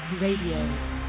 Radio